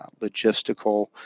logistical